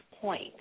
point